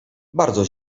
bardzo